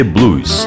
Blues